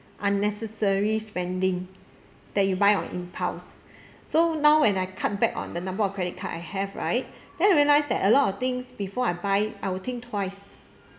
unnecessary spending that you buy on impulse so now when I cut back on the number of credit card I have right then I realise that a lot of things before I buy I would think twice